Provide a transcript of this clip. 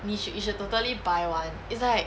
你 should you should totally buy one it's like